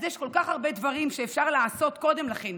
אז יש כל כך הרבה דברים שאפשר לעשות קודם לכן,